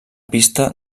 pista